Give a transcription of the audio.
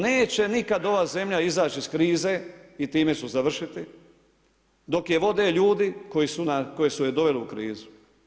Neće nikada ova zemlja izaći iz krize i time ću završiti dok je vode ljudi koji su je doveli u krizu.